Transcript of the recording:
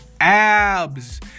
abs